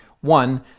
One